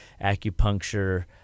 acupuncture